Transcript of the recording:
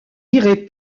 irai